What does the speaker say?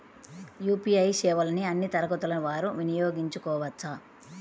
UPI సేవలని అన్నీ తరగతుల వారు వినయోగించుకోవచ్చా?